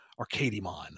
Arcadimon